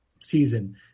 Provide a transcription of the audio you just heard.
season